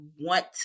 want